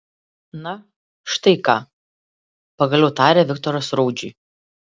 na štai ką pagaliau tarė viktoras raudžiui